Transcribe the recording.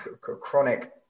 chronic